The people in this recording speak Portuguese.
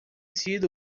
sido